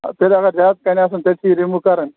آ تیٚلہِ اگر زیادٕ کَنہِ آسن تیٚلہِ چھِ یہِ رِموٗ کَرٕنۍ